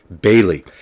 Bailey